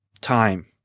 time